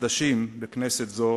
החדשים בכנסת זו